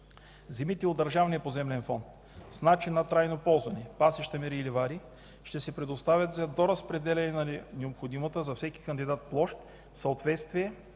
Земите от Държавния поземлен фонд с начин на трайно ползване, пасища, мери и ливади ще се предоставят за доразпределяне на необходимата за всеки кандидат площ в съответното